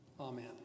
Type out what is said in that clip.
Amen